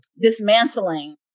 dismantling